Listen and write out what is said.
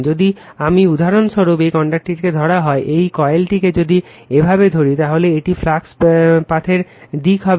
যদি আমি উদাহরণস্বরূপ এই কন্ডাক্টরটিকে ধরা হয় এই কয়েলটিকে যদি এভাবে ধরি তাহলে এটি ফ্লাক্স পাথের দিকে হবে